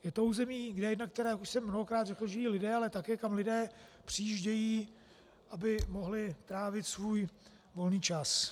Je to území, kde jak už jsem mnohokrát řekl žijí lidé, ale také tam lidé přijíždějí, aby mohli trávit svůj volný čas.